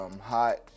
hot